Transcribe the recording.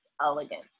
elegant